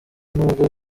nubwo